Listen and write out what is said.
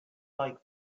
like